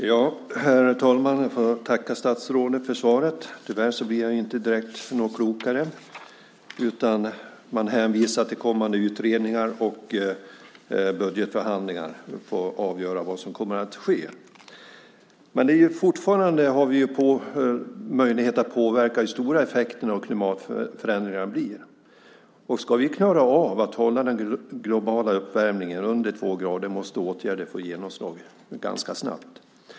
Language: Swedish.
Herr talman! Jag tackar statsrådet för svaret. Tyvärr blir jag inte mycket klokare av det. Där hänvisas till kommande utredningar, och budgetförhandlingar får avgöra vad som kommer att ske. Fortfarande har vi möjlighet att påverka hur stora effekterna av klimatförändringarna blir. Om vi ska klara av att hålla den globala uppvärmningen under två grader måste åtgärder få genomslag ganska snabbt.